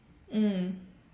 mm